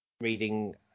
reading